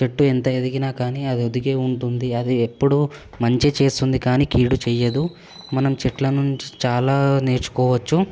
చెట్టు ఎంత ఎదిగినా కానీ అది ఒదిగే ఉంటుంది అది ఎప్పుడు మంచి చేస్తుంది కానీ కీడు చెయ్యదు మనం చెట్ల నుంచి చాలా నేర్చుకోవచ్చు